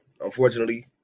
unfortunately